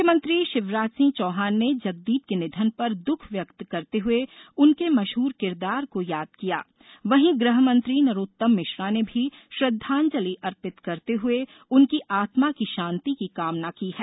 मुख्यमंत्री शिवराज सिंह चौहान ने जगदीप के निधन पर दुख व्यक्त करते हुए उनके मशहूर किरदार को याद किया वहीं गृहमंत्री नरोत्तम मिश्रा ने भी श्रद्वांजलि अप्रित करते हुए उनकी आत्मा की शांति की कामना की है